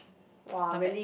not bad